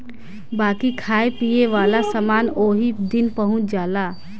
बाकी खाए पिए वाला समान ओही दिन पहुच जाला